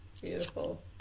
Beautiful